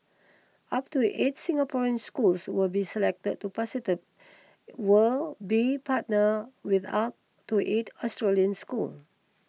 up to eight Singaporean schools will be selected to will be partnered with up to eight Australian schools